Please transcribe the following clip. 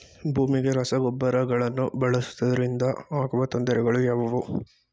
ಭೂಮಿಗೆ ರಸಗೊಬ್ಬರಗಳನ್ನು ಬಳಸುವುದರಿಂದ ಆಗುವ ತೊಂದರೆಗಳು ಯಾವುವು?